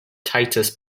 titus